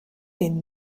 den